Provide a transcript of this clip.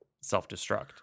self-destruct